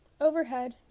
Overhead